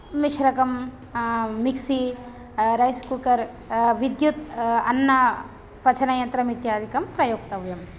मिश्रकं mixie rice cooker विद्युत् अन्नपचनयन्त्रम् इत्यादिकं प्रयोक्तव्यम्